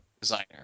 designer